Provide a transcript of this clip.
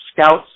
scouts